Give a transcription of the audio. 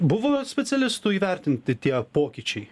buvo specialistų įvertinti tie pokyčiai